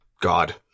God